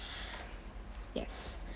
yes